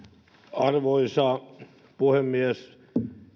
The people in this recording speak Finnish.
arvoisa puhemies